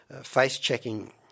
face-checking